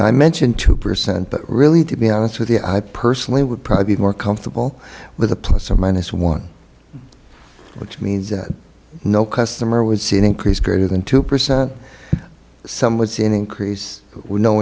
i mention two percent but really to be honest with the i personally would probably be more comfortable with the plus or minus one which means that no customer would see an increase greater than two percent some would see an increase w